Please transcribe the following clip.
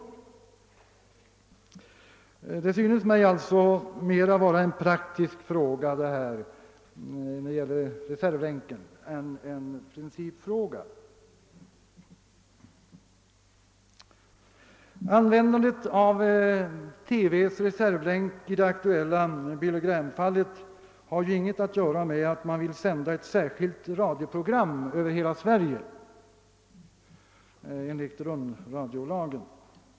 Utnyttjandet av reservlänken synes mig alltså mera vara en praktisk fråga än en principfråga. Användandet av TV:s reservlänk i det aktuella Billy Graham-fallet har ju ingenting att göra med att man vill sända ett särskilt radioprogram över hela Sverige enligt rundradiolagen.